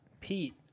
Pete